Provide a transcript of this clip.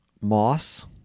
Moss